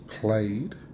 played